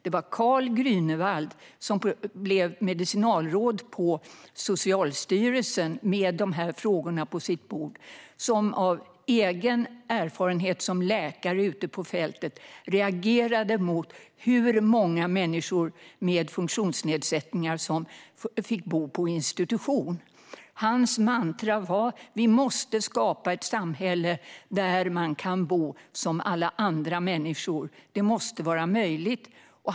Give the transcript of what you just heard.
Det var Karl Grünewald, som blev medicinalråd på Socialstyrelsen med de här frågorna på sitt bord, som med egen erfarenhet som läkare ute på fältet reagerade mot hur många människor med funktionsnedsättningar som fick bo på institution. Hans mantra var: Vi måste skapa ett samhälle där man kan bo som alla andra människor. Det måste vara möjligt.